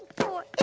four.